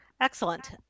Excellent